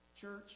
Church